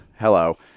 Hello